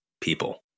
people